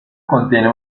contiene